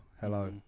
hello